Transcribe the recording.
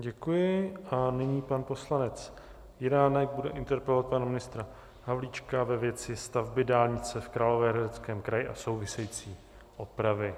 Děkuji a nyní pan poslanec Jiránek bude interpelovat pana ministra Havlíčka ve věci stavby dálnice v Královéhradeckém kraji a související opravy.